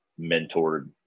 mentored